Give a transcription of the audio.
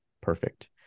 perfect